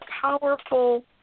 powerful